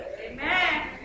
Amen